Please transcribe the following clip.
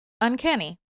uncanny